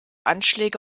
anschläge